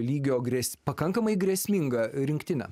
lygio grėsmė pakankamai grėsmingą rinktinę